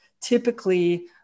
typically